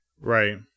Right